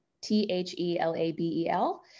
T-H-E-L-A-B-E-L